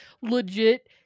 legit